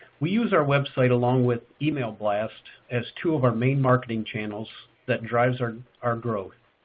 we use our website along with email blasts as two of our main marketing channels that drives our our growth.